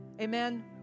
Amen